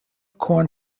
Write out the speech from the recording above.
corn